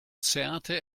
zerrte